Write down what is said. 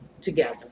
together